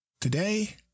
Today